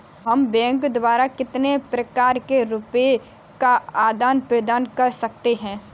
हम बैंक द्वारा कितने प्रकार से रुपये का आदान प्रदान कर सकते हैं?